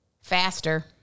Faster